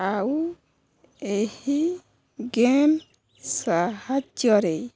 ଆଉ ଏହି ଗେମ୍ ସାହାଯ୍ୟରେ